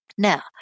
Now